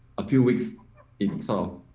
a few weeks in itself